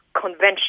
conventional